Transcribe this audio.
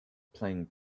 playing